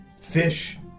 Fish